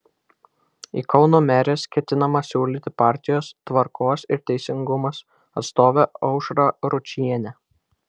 į kauno meres ketinama siūlyti partijos tvarkos ir teisingumas atstovę aušrą ručienę